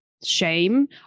shame